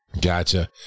gotcha